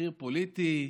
מחיר פוליטי,